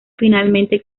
finalmente